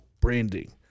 branding